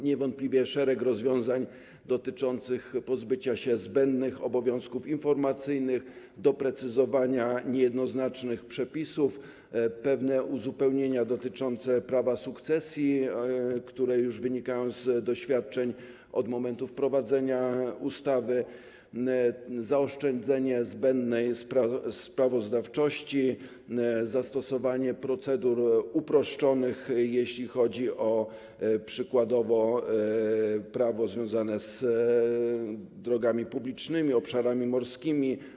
Niewątpliwie szereg rozwiązań dotyczących pozbycia się zbędnych obowiązków informacyjnych, doprecyzowania niejednoznacznych przepisów, pewne uzupełnienia dotyczące prawa sukcesji, które wynikają z doświadczeń od momentu wprowadzenia ustawy, zaoszczędzenie zbędnej sprawozdawczości, zastosowanie procedur uproszczonych, jeśli chodzi, przykładowo, o prawo związane z drogami publicznymi, obszarami morskimi,